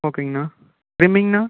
ஓகேங்கண்ணா ட்ரிம்மிங்குண்ணா